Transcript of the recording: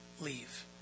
leave